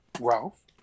Ralph